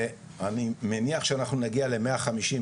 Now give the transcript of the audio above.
ואני מניח שאנחנו נגיע למאה חמישים,